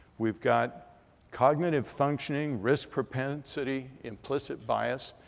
we've got cognitive functioning, risk propensity, implicit bias,